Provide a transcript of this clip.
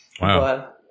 Wow